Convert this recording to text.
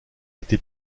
été